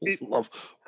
love